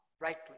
rightly